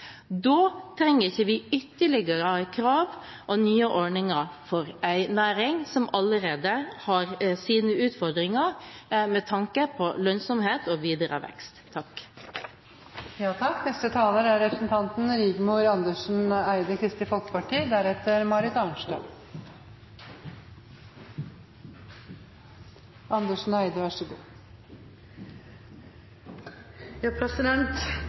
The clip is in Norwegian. Da trenger vi ikke ytterligere krav og nye ordninger for en næring som allerede har sine utfordringer med tanke på lønnsomhet og videre vekst. Skal vi nå de klimamålene vi har satt oss, og få er